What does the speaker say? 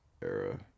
era